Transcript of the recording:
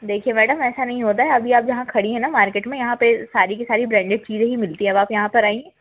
देखिए मैडम ऐसा नहीं होता है अभी आप जहाँ खड़ी हैं ना मार्केट में यहाँ पर सारी की सारी ब्रैंडेड चीज़ें ही मिलती हैं अब आप यहाँ पर आईं हैं